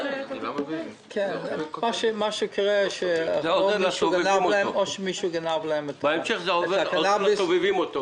מה שקורה זה שמישהו גונב להם את הקנאביס,